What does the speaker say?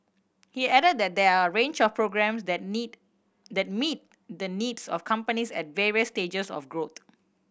he added that there are a range of programmes that need the needs of companies at various stages of growth